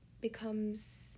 becomes